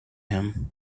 him